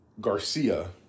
Garcia